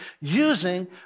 using